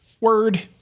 word